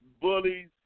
bullies